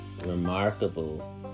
remarkable